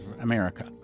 America